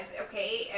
okay